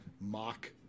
mock